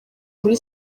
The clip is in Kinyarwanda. muri